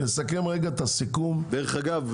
דרך אגב,